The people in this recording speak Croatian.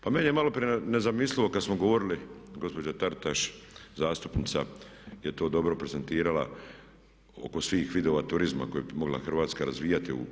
Pa meni je malo nezamislivo kad smo govorili, gospođa Taritaš zastupnica je to dobro prezentirala, oko svih vidova turizma koje bi mogla Hrvatska razvijati.